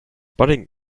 pudding